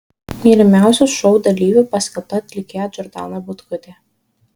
mylimiausiu šou dalyviu paskelbta atlikėja džordana butkutė